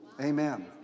Amen